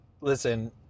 listen